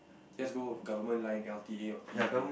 just go government line l_t_a or p_u_b